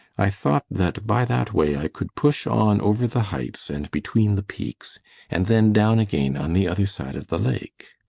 i thought that by that way i could push on over the heights and between the peaks and then down again on the other side of the lake.